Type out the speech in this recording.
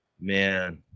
man